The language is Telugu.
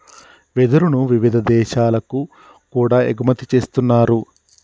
వెదురును వివిధ దేశాలకు కూడా ఎగుమతి చేస్తున్నారు